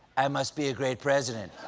i must be a great president.